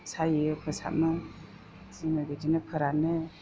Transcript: सायो फोसाबो जोङो बिदिनो फोरानो